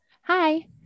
Hi